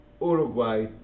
Uruguay